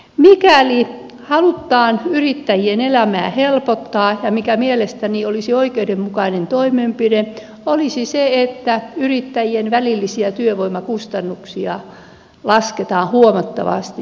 mikäli halutaan yrittäjien elämää helpottaa ja mikä mielestäni olisi oikeudenmukainen toimenpide yrittäjien välillisiä työvoimakustannuksia tulisi laskea huomattavasti